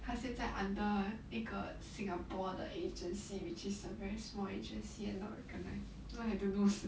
他现在 under 一个 singapore 的 agency which is a very small agency and not recognised why I don't know also